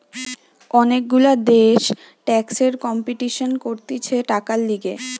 অনেক গুলা দেশ ট্যাক্সের কম্পিটিশান করতিছে টাকার লিগে